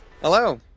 Hello